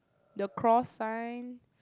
the cross sign